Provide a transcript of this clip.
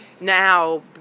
now